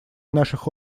наших